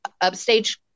Upstage